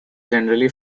generally